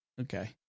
Okay